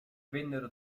vennero